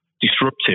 disruptive